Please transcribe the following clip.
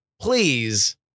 please